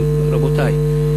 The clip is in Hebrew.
רבותי,